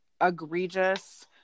egregious